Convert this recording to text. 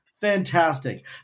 fantastic